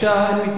אין מתנגדים.